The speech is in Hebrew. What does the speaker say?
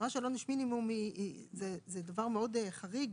היא דבר מאוד חריג,